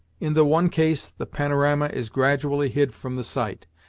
in the one case the panorama is gradually hid from the sight,